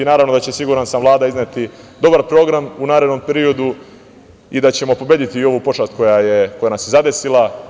Naravno da će, siguran sam, Vlada izneti dobar program u narednom periodu i da ćemo pobediti i ovu pošast koja nas je zadesila.